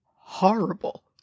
horrible